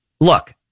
look